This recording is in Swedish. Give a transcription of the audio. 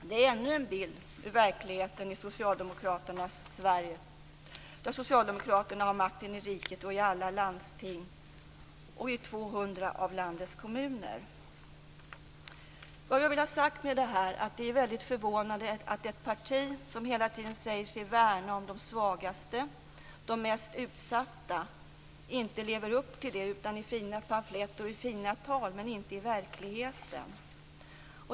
Det är ännu en bild ur verkligheten i Socialdemokraternas Sverige, där Socialdemokraterna har makten i riket, i alla landsting utom ett och i 200 av landets kommuner. Vad jag vill ha sagt med detta är att det är väldigt förvånande att ett parti som hela tiden i pamfletter och tal säger sig värna om de svagaste och de mest utsatta inte lever upp till det i verkligheten.